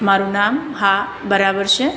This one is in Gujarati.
મારું નામ હા બરાબર છે